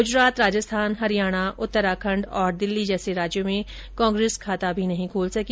गुजरात राजस्थान हरियाणा उत्तराखण्ड और दिल्ली जैसे राज्यों में कांग्रेस खाता भी नहीं खोल सकी